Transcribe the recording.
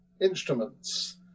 instruments